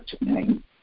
name